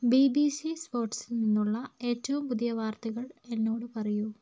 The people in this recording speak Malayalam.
ബി ബി സി സ്പോർട്സിൽ നിന്നുള്ള ഏറ്റവും പുതിയ വാർത്തകൾ എന്നോട് പറയൂ